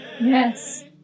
Yes